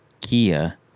kia